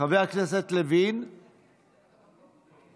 חבר הכנסת לוין, מוותר,